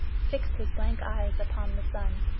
fixed his blank eyes upon the sun.